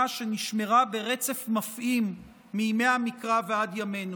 שנשמרה ברצף מפעים מימי המקרא ועד ימינו.